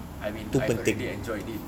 I mean I already enjoyed it